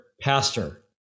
Pastor